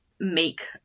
make